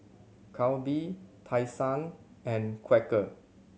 Calbee Tai Sun and Quaker